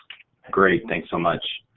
great, thanks so much.